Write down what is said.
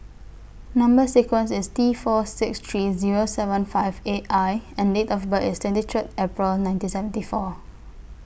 Number sequence IS T four six three Zero seven five eight I and Date of birth IS twenty three April nineteen seventy four